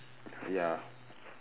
ya